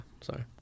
Sorry